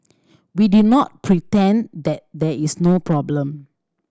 we did not pretend that there is no problem